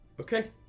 Okay